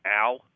Al